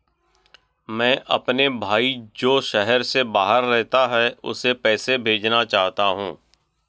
मैं अपने भाई जो शहर से बाहर रहता है, उसे पैसे भेजना चाहता हूँ